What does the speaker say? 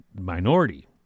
minority